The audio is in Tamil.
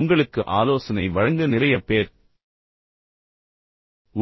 எனவே உங்களுக்கு ஆலோசனை வழங்க நிறைய பேர்